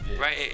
Right